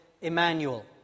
Emmanuel